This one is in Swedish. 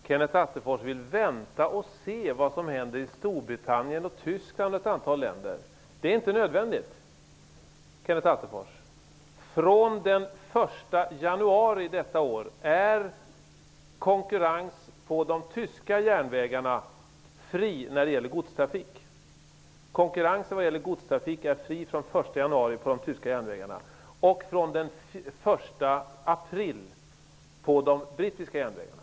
Herr talman! Kenneth Attefors vill ''vänta och se'' vad som händer i Storbritannien, Tyskland och ett antal andra länder. Det är inte nödvändigt, Kenneth Attefors. Sedan den 1 januari detta år är konkurrensen på de tyska järnvägarna fri när det gäller godstrafik, och detsamma gäller sedan den 1 april på de brittiska järnvägarna.